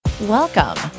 Welcome